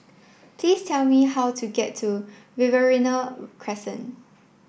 please tell me how to get to Riverina Crescent